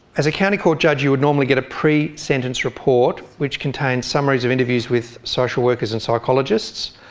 as a county court judge you would normally get a presentence report which contains summaries of interviews with social workers and psychologists,